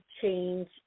change